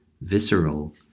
visceral